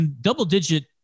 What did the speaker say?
double-digit